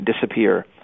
disappear